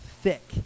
thick